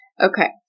Okay